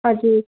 हजुर